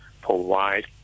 provide